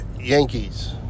Yankees